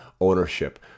Ownership